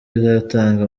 izatanga